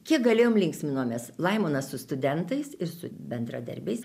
kiek galėjom linksminomės laimonas su studentais ir su bendradarbiais